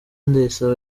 ndayisaba